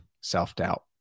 self-doubt